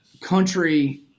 country